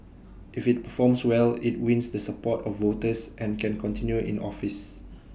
if IT performs well IT wins the support of voters and can continue in office